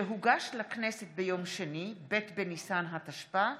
שהוגש לכנסת ביום שני ב' בניסן התשפ"א,